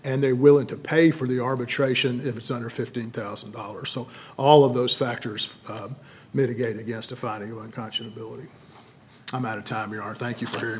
and they're willing to pay for the arbitration if it's under fifteen thousand dollars so all of those factors mitigate against a funny one conscience ability i'm out of time you are thank you